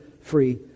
free